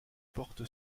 porte